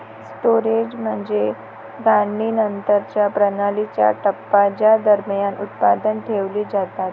storage म्हणजे काढणीनंतरच्या प्रणालीचा टप्पा ज्या दरम्यान उत्पादने ठेवली जातात